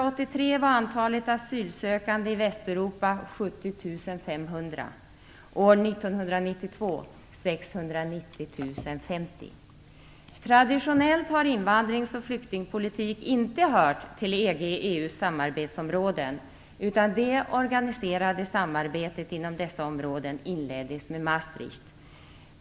År 1983 Traditionellt har invandrings och flyktingpolitik inte hört till EG/EU:s samarbetsområden, utan det organiserade samarbetet inom dessa områden inleddes med Maastricht.